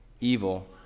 evil